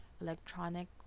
electronic